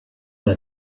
they